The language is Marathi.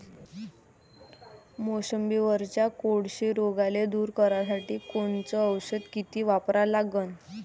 मोसंबीवरच्या कोळशी रोगाले दूर करासाठी कोनचं औषध किती वापरा लागन?